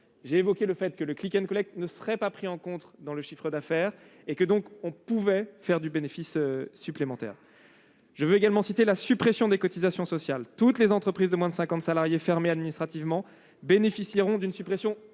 J'ai évoqué le fait que l'activité liée au ne serait pas prise en compte dans l'évaluation du chiffre d'affaires. On peut donc dégager du bénéfice supplémentaire. Je tiens également à mentionner la suppression des cotisations sociales. Toutes les entreprises de moins de 50 salariés fermées administrativement bénéficieront d'une suppression